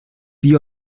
wie